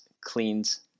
cleans